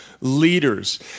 leaders